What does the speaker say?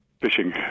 fishing